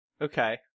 Okay